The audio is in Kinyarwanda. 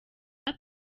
iyi